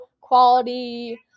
quality